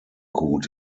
gut